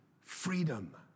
freedom